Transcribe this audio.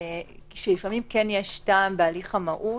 יש לפעמים טעם בהליך המהות,